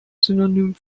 synonym